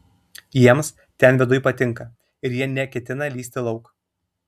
jiems ten viduj patinka ir jie neketina lįsti lauk